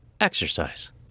exercise